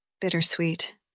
Bittersweet